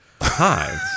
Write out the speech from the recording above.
hi